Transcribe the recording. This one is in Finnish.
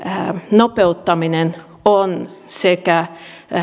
nopeuttaminen on sekä